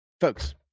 Folks